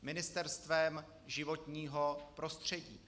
Ministerstvem životního prostředí.